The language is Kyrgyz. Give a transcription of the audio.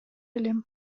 элем